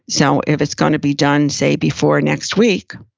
so if it's gonna be done, say, before next week,